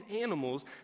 animals